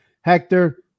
hector